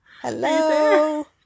Hello